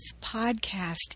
podcast